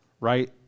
right